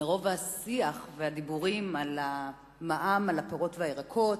מרוב השיח והדיבורים על המע"מ על הפירות והירקות,